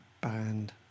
band